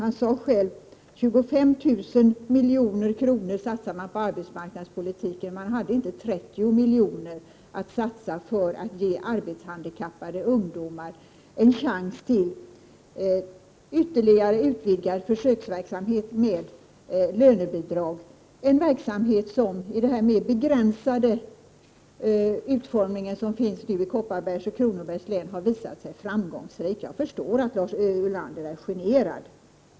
Han sade själv att man satsar 25 000 milj.kr. på arbetsmarknadspolitiken, men man hade inte 30 miljoner att satsa på att ge arbetshandikappade ungdomar en chans till ytterligare utvidgad försöksverksamhet med lönebidrag, en verksamhet som i den mer begränsade utformning som den har i Kopparbergs och Kronobergs län har visat sig framgångsrik. Jag förstår att Lars Ulander är generad.